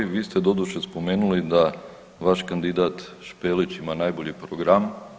Vi ste doduše spomenuli da vaš kandidat Špelić ima najbolji program.